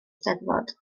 steddfod